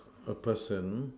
a person